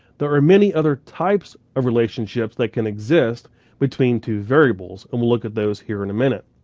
there are many other types of relationships that can exist between two variables. and we'll look at those here in a minute.